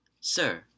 Sir